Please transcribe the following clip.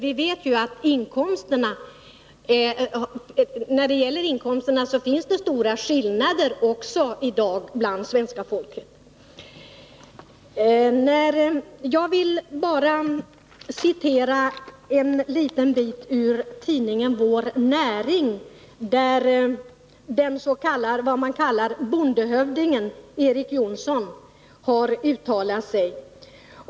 Vi vet ju att det också i dag finns stora skillnader inom svenska folket när det gäller inkomsterna. Jag vill bara citera en liten bit ur tidningen Vår Näring, där Erik Jonsson, som man där kallar bondehövding, har uttalat sig.